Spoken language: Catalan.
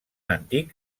antic